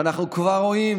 ואנחנו כבר רואים,